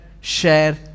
share